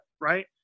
Right